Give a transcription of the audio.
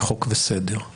אבל